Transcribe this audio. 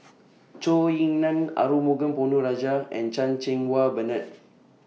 Zhou Ying NAN Arumugam Ponnu Rajah and Chan Cheng Wah Bernard